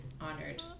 honored